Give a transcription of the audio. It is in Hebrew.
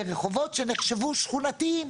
לרחובות שנחשבו שכונתיים,